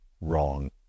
wrong